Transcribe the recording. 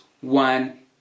one